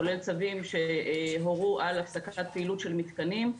כולל צווים שהורו על הפסקת פעילות של מתקנים,